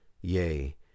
yea